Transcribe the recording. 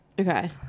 Okay